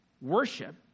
worship